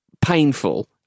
painful